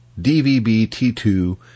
DVB-T2